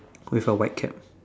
with a white cap